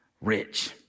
rich